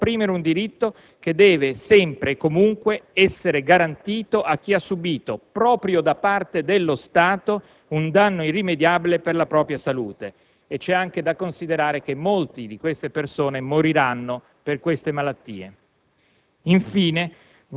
al tempo stesso, di non comprimere un diritto che deve sempre e comunque essere garantito a chi ha subito proprio da parte dello Stato un danno irrimediabile per la propria salute. C'è anche da considerare che molte di queste persone moriranno per tali malattie.